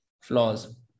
flaws